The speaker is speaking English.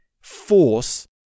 force